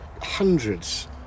hundreds